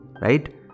Right